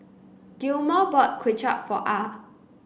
Gilmore bought Kway Chap for Ah